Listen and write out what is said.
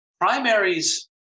primaries